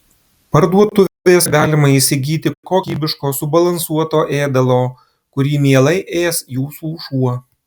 parduotuvėse galima įsigyti kokybiško subalansuoto ėdalo kurį mielai ės jūsų šuo